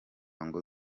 ngo